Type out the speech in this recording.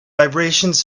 vibrations